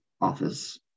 office